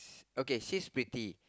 okay she's pretty